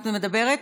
את מדברת?